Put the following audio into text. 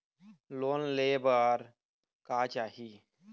Loan ले बार का चाही?